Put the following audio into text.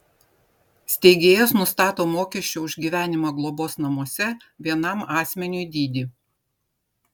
steigėjas nustato mokesčio už gyvenimą globos namuose vienam asmeniui dydį